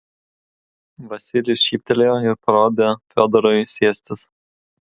vasilijus šyptelėjo ir parodė fiodorui sėstis